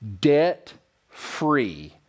debt-free